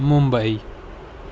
Mumbai